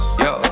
yo